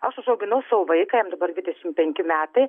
aš užauginau savo vaiką jam dabar dvidešim penki metai